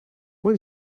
when